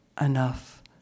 enough